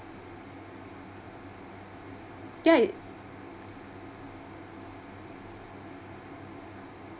ya it